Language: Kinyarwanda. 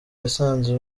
yasanze